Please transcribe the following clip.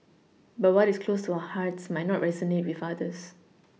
but what is close to our hearts might not resonate with others